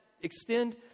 extend